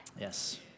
Yes